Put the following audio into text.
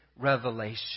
revelation